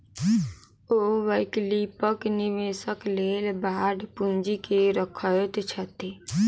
ओ वैकल्पिक निवेशक लेल बांड पूंजी के रखैत छथि